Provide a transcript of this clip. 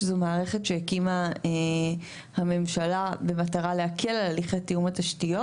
שזו מערכת שהקימה הממשלה במטרה להקל על הליכי תיאום התשתיות.